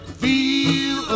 feel